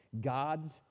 god's